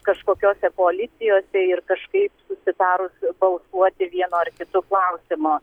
kažkokiose koalicijose ir kažkaip susitarus balsuoti vienu ar kitu klausimu